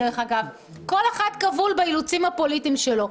כל אחד כבול באילוצים הפוליטיים שלו.